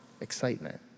excitement